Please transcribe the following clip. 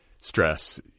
stress